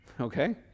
Okay